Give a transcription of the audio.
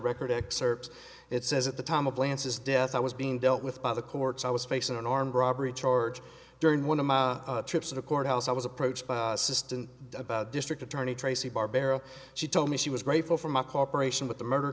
record excerpts it says at the time of lance's death i was being dealt with by the courts i was facing an armed robbery charge during one of my trips to the courthouse i was approached by assistant district attorney tracey barbera she told me she was grateful for my cooperation with the murder